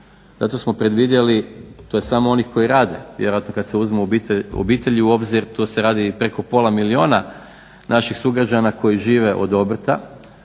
zato smo predvidjeli, to je samo onih koji rade, vjerojatno kad se uzmu obitelji u obzir tu se radi i preko pola milijuna naših sugrađana koji žive od obrta,